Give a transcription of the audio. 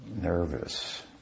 nervous